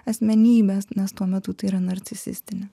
asmenybės nes tuo metu tai yra narcisistinė